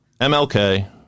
MLK